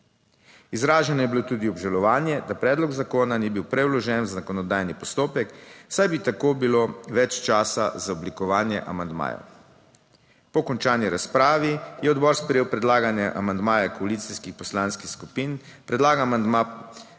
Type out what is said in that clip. Izraženo je bilo tudi obžalovanje, da predlog zakona ni bil prej vložen v zakonodajni postopek, saj bi tako bilo več časa za oblikovanje amandmajev. Po končani razpravi je odbor sprejel predlagane amandmaje koalicijskih poslanskih skupin, predlagan amandma